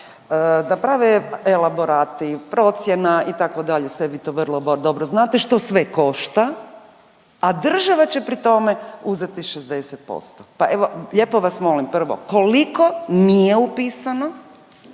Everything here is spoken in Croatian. da prave elaborate, procjena itd. Sve vi to vrlo dobro znate što sve košta, a država će pri tome uzeti 60%. Pa evo lijepo vas molim prvo koliko nije upisano,